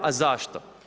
A zašto?